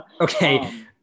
Okay